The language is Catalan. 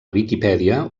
viquipèdia